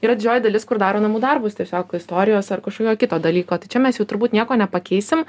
yra didžioji dalis kur daro namų darbus tiesiog istorijos ar kažkokio kito dalyko tai čia mes jau turbūt nieko nepakeisim